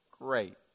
great